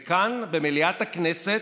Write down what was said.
וכאן, במליאת הכנסת,